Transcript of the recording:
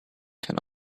can